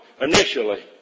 initially